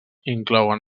inclouen